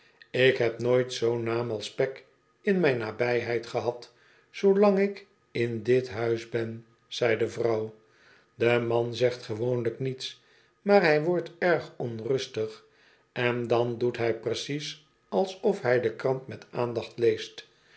ik heb nooit zoo'n naam als pegg in mijn nabijheid gehad zoolang ik in dit huis ben zei de vrouw de man zegt gewoonlijk niets maar hij wordt erg onrustig en dan doet hij precies alsof hij de krant met aandacht leest